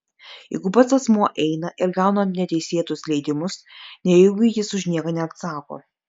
jeigu pats asmuo eina ir gauna neteisėtus leidimus nejaugi jis už nieką neatsako